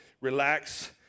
relax